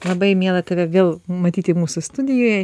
labai miela tave vėl matyti mūsų studijoje